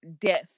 death